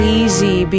easy